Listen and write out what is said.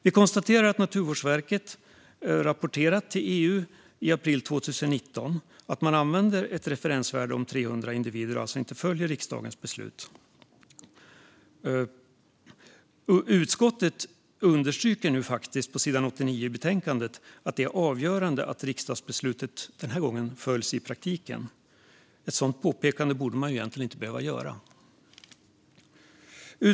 Vi konstaterar att Naturvårdsverket i april 2019 rapporterade till EU att man använder ett referensvärde om 300 individer och alltså inte följer riksdagens beslut. Utskottet understryker i betänkandet att det är avgörande att riksdagsbeslutet den här gången följs i praktiken. Ett sådant påpekande borde vi egentligen inte behöva göra.